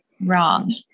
wrong